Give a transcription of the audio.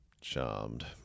Charmed